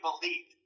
believed